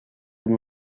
hem